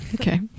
Okay